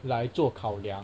来作考量